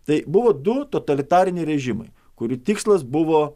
tai buvo du totalitariniai režimai kurių tikslas buvo